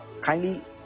Kindly